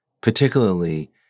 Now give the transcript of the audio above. particularly